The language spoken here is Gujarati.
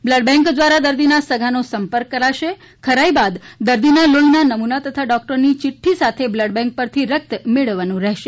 બલ્ડ બેક દ્વારા દર્દીના સગાનો સંપર્ક કરાશે ખરાઇ બાદ દર્દીના લોહીના નમૂના તથા ડોકટરની ચિક્રી સાથે બલ્ડ બેંક પરથી રકત મેળવવાનું રહેશે